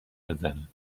بزنه